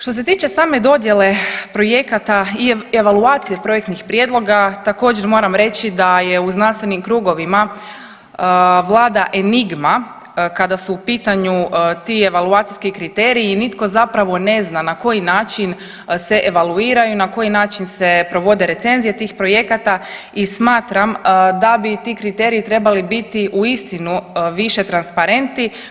Što se tiče same dodjele projekata i evaluacije projektnih prijedloga također moram reći da je u znanstvenim krugovima vlada enigma kada su u pitanju ti evaluacijski kriteriji i nitko zapravo ne zna na koji način se evaluiraju, na koji način se provode recenzije tih projekata i smatram da bi ti kriteriji trebali biti uistinu više transparentni.